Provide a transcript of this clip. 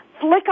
flick